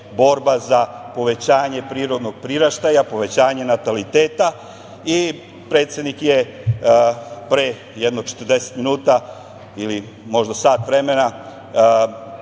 za povećanje prirodnog priraštaja, povećanje nataliteta, i predsednik je pre jedno 40 minuta ili možda sat vremena